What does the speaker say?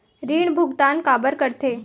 ऋण भुक्तान काबर कर थे?